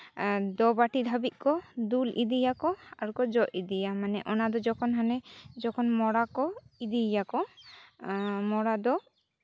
ᱫᱚᱵᱟᱴᱤ ᱫᱷᱟᱹᱵᱤᱡ ᱠᱚ ᱫᱩᱞ ᱤᱫᱤᱭᱟᱠᱚ ᱟᱨ ᱠᱚ ᱡᱚᱜ ᱤᱫᱤᱭᱟ ᱢᱟᱱᱮ ᱚᱱᱟ ᱫᱚ ᱡᱚᱠᱷᱚᱱ ᱦᱟᱱᱮ ᱡᱚᱠᱷᱚᱱ ᱢᱚᱲᱟ ᱠᱚ ᱤᱫᱤᱭᱮᱭᱟᱠᱚ ᱢᱚᱲᱟ ᱫᱚ